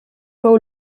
fou